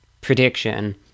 prediction